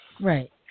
Right